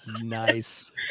Nice